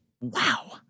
Wow